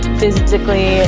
physically